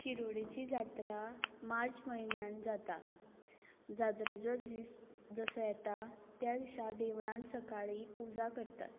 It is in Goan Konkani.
शिरोडेची जात्रा मार्च म्हयन्यांत जाता जात्रेचो जीस जसो येता त्या दिसा देवळांत सकाळीं पुजा करतात